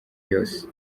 yose